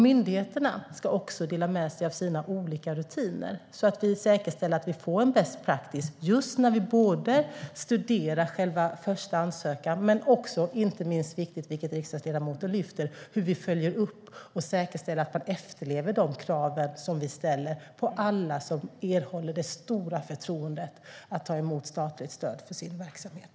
Myndigheterna ska också dela med sig av sina olika rutiner så att vi säkerställer att vi får en best practice, både när vi studerar själva första ansökan och, inte minst viktigt, vilket riksdagsledamoten lyfter fram, när det gäller hur vi följer upp och säkerställer att man efterlever de krav som vi ställer på alla som erhåller det stora förtroendet att ta emot statligt stöd för sin verksamhet.